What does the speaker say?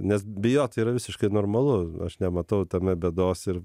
nes bijot yra visiškai normalu aš nematau tame bėdos ir